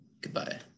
Goodbye